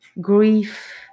grief